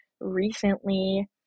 recently